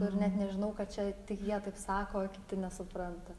nu ir net nežinau kad čia tik jie taip sako o kiti nesupranta